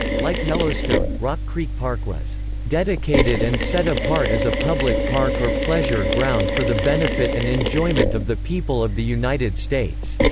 like yellowstone, yellowstone, rock creek park was dedicated and set apart as a public park or pleasure ground for the benefit and enjoyment of the people of the united states,